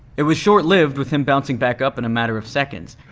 it was short lived with him bouncing back up in a matter of seconds.